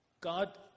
God